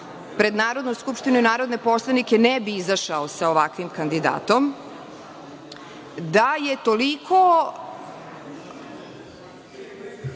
pred Narodnom skupštinom i narodne poslanike ne bi izašao sa ovakvim kandidatom, da je toliko